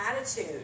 attitude